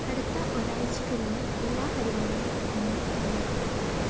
അടുത്ത ഒരാഴ്ചയ്ക്കുള്ളിലെ എല്ലാ പരിപാടികളും എന്നെ അറിയിക്കുക